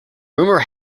rumour